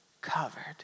covered